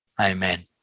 amen